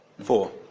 Four